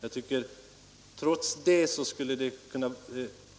Jag menar dock att ett uttalande